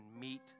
meet